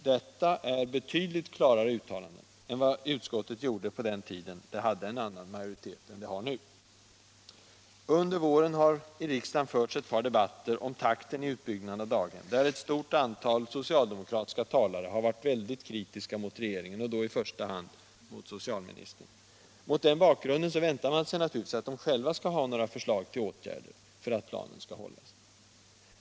Detta är betydligt klarare uttalanden än vad utskottet gjorde på den tid då det hade en annan majoritet. Under våren har i riksdagen förts ett par debatter om takten i utbyggnaden av daghem, där ett stort antal socialdemokratiska talare har varit väldigt kritiska mot regeringen och då i första hand mot socialministern. Mot den bakgrunden väntar man sig givetvis att de själva skall ha några förslag till åtgärder för att planen skall hållas.